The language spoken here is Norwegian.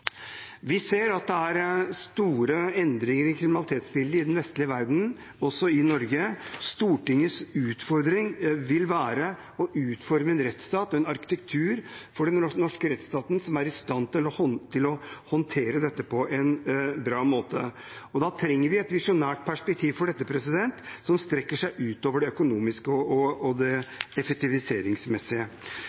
Vi ser at det er store endringer i kriminalitetsbildet i den vestlige verden, også i Norge. Stortingets utfordring vil være å utforme en rettsstat og en arkitektur for den norske rettsstaten som er i stand til å håndtere dette på en bra måte. Da trenger vi et visjonært perspektiv for dette, som strekker seg utover det økonomiske og det effektiviseringsmessige. Med det